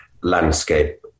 landscape